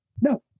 no